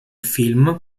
film